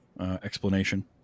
explanation